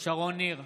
שרון ניר,